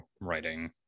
writing